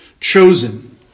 Chosen